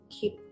keep